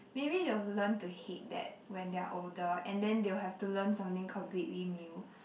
maybe they will learn to hate that when they are older and then they will have to learn something completely new